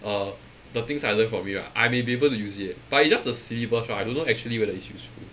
err the things I learn from it right I may be able to use it but it's just the syllabus right I don't know actually whether it's useful